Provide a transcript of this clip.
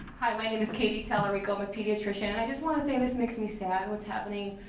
hi, my name is katy talerico a pediatrician. i just want to say this makes me sad what's happening,